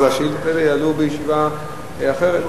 השאילתות האלה יעלו בישיבה אחרת,